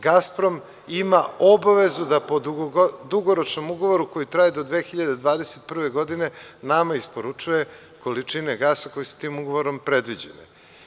Gasprom ima obavezu da po dugoročnom ugovoru koji traje do 2021. godine nama isporučuje količine gasa koje su tim ugovorom predviđene.